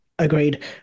Agreed